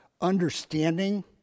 understanding